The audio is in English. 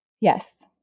Yes